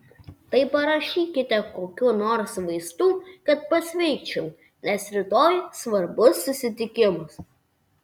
tai parašykite kokių nors vaistų kad pasveikčiau nes rytoj svarbus susitikimas